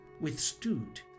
withstood